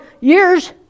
years